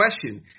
question